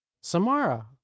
Samara